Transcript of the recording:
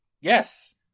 Yes